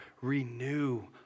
renew